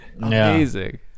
Amazing